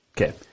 Okay